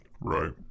Right